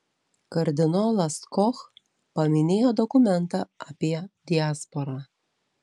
kardinolas koch paminėjo dokumentą apie diasporą